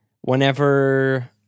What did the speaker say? whenever